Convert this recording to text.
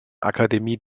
akademie